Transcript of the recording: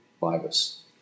virus